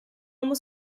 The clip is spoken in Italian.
uomo